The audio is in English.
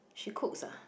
she cooks ah